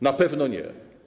Na pewno nie!